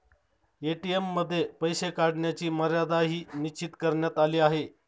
ATM मध्ये पैसे काढण्याची मर्यादाही निश्चित करण्यात आली आहे